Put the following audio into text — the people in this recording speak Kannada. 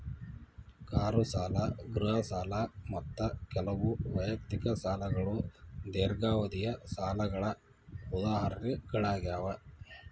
ಕಾರು ಸಾಲ ಗೃಹ ಸಾಲ ಮತ್ತ ಕೆಲವು ವೈಯಕ್ತಿಕ ಸಾಲಗಳು ದೇರ್ಘಾವಧಿಯ ಸಾಲಗಳ ಉದಾಹರಣೆಗಳಾಗ್ಯಾವ